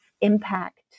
impact